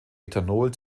ethanol